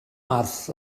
math